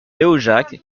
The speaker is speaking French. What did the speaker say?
léojac